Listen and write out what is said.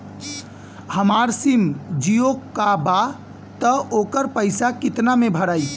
हमार सिम जीओ का बा त ओकर पैसा कितना मे भराई?